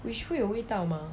which 会有味道 mah